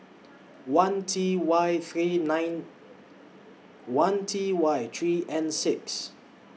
one T Y three nine one T Y three N six